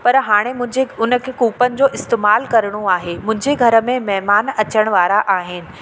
पर हाणे मुंहिंजे उन खे कूपन जो इस्तेमाल करिणो आहे मुंहिंजे घर में महिमान अचण वारा आहिनि